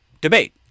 debate